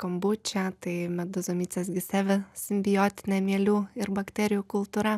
kombučia tai medūzomicės gisevi simbiotinė mielių ir bakterijų kultūra